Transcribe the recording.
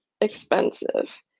expensive